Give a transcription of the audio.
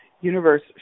Universe